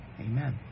Amen